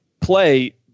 play